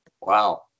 Wow